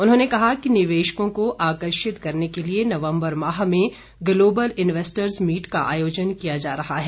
उन्होंने कहा कि निवेशकों को आकर्षित करने के लिए नवम्बर माह में ग्लोबल इन्वेस्टर्ज मीट का आयोजन किया जा रहा है